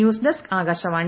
news desk Akashvani